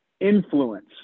influence